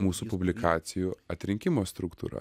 mūsų publikacijų atrinkimo struktūra